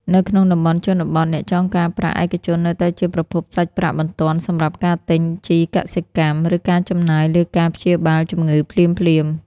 នៅក្នុងតំបន់ជនបទ អ្នកចងការប្រាក់ឯកជននៅតែជាប្រភពសាច់ប្រាក់បន្ទាន់សម្រាប់ការទិញជីកសិកម្ម ឬការចំណាយលើការព្យាបាលជំងឺភ្លាមៗ។